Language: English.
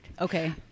okay